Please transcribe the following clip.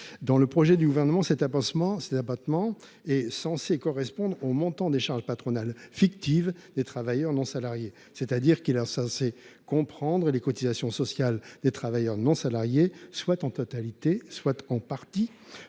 Dans le projet du Gouvernement, cet abattement est censé correspondre au montant des charges patronales fictives des travailleurs non salariés, c’est à dire qu’il est censé comprendre les cotisations sociales des travailleurs non salariés, soit en totalité soit en partie,